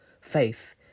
faith